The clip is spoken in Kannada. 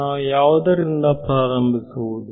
ನಾವು ಯಾವುದರಿಂದ ಪ್ರಾರಂಭಿಸುವುದು